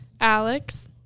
Alex